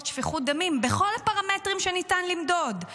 שפיכות דמים בכל הפרמטרים שניתן למדוד,